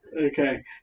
Okay